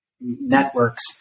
networks